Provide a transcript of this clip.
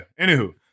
Anywho